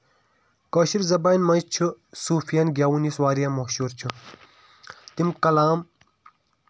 کٲشِر زَبان منٛز چھُ سوٗفیان گٮ۪وُن یُس واریاہ مشہوٗر چھُ تِم کَلام